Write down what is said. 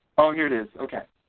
oh here it is, okay.